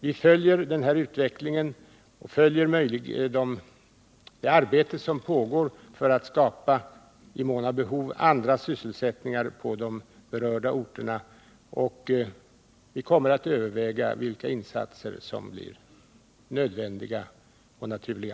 Vi följer utvecklingen och det arbete som pågår för att i mån av behov skapa andra sysselsättningar på de berörda orterna. Vi kommer att överväga vilka insatser som är nödvändiga och naturliga.